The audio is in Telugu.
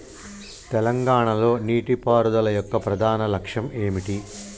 తెలంగాణ లో నీటిపారుదల యొక్క ప్రధాన లక్ష్యం ఏమిటి?